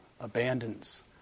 abandons